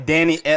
Danny